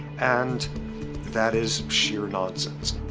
and that is sheer nonsense.